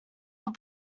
are